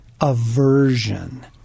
aversion